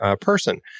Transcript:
person